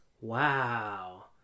Wow